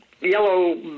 yellow